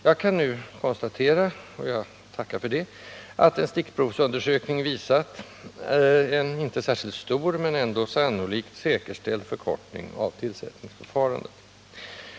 Jag kan nu konstatera — och jag tackar för det — att en stickprovsundersökning visat en inte särskilt stor men ändå sannolikt säkerställd förkortning av tillsättningsförfarandet.